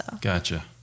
Gotcha